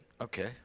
Okay